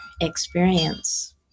experience